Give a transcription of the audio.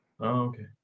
okay